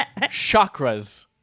chakras